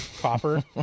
copper